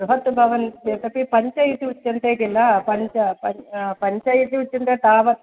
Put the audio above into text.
बृहत् भवन्ति चेत् अपि पञ्च इति उच्यन्ते किल पञ्च पञ्च इति उच्यन्ते तावत्